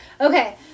Okay